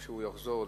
כשהוא יחזור,